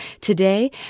Today